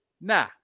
nah